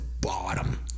bottom